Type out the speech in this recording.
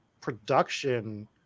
production